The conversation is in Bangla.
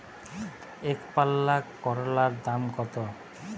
একপাল্লা করলার দাম কত?